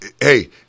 hey